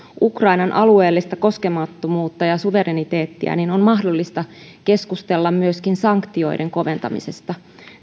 ukrainan alueellista koskemattomuutta ja suvereniteettia niin on mahdollista keskustella myöskin sanktioiden koventamisesta